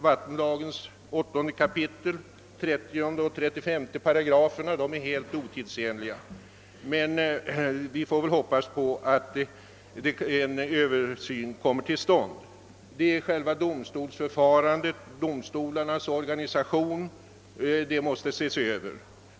Vattenlagens 8 kap. 30 och 35 §§ t.ex. är helt otidsenliga. Vi får hoppas att en översyn kommer till stånd. Själva domstolsförfarandet och domstolarnas organisation måste också ses över.